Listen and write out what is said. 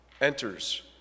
enters